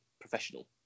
professional